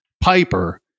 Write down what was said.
Piper